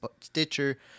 Stitcher